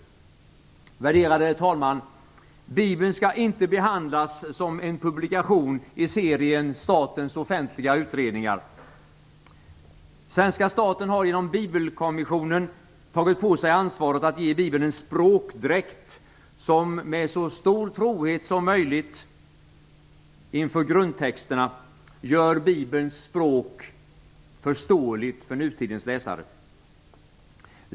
Värderade talman! Bibeln skall inte behandlas som en publikation i serien statens offentliga utredningar. Svenska staten har genom Bibelkommissionen tagit på sig ansvaret att ge Bibeln en språkdräkt som med så stor trohet som möjligt mot grundtexterna gör Bibelns språk förståeligt för nutidens läsare.